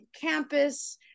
campus